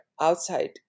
outside